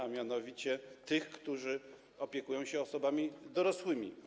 A mianowicie tych, którzy opiekują się osobami dorosłymi.